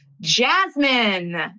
Jasmine